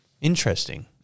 Interesting